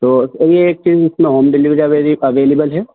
تو سر یہ ایک چیز اس میں ہوم ڈیلیوری اویلیبل ہے